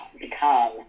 become